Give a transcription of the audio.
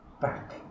back